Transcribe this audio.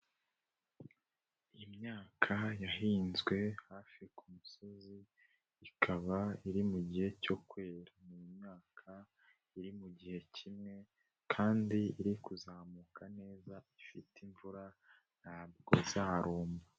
Imyaka yahinzwe hafi ku musozi, ikaba iri mugihe cyo kwera, ni myaka iri mu mugihe kimwe kandi iri kuzamuka neza, ifite imvura ntabwo izarumba.